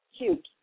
cute